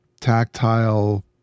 tactile